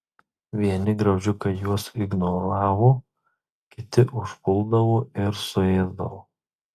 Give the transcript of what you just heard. vieni graužikai juos ignoravo kiti užpuldavo ir suėsdavo